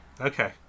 Okay